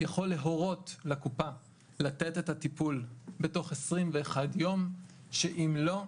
יכול להורות לקופה לתת את הטיפול בתוך 21 יום שאם לא,